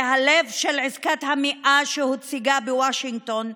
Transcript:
זה הלב של עסקת המאה שהוצגה בוושינגטון.